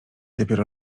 dopiero